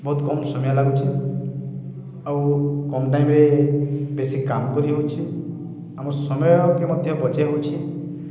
ବହୁତ୍ କମ୍ ସମିଆ ଲାଗୁଚେ ଆଉ କମ୍ ଟାଇମ୍ରେ ବେଶି କାମ୍ କରି ହଉଚେ ଆମ ସମୟକେ ମଧ୍ୟ ବଚେଇ ହଉଛେ